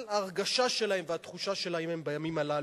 על ההרגשה שלהם והתחושה שלהם בימים הללו.